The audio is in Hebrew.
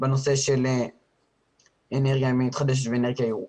בנושא של אנרגיה מתחדשת ואנרגיה ירוקה.